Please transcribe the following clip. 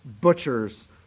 butcher's